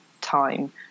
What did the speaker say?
time